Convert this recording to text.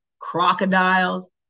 crocodiles